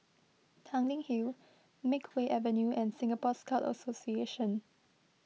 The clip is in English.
Tanglin Hill Makeway Avenue and Singapore Scout Association